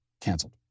canceled